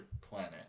planet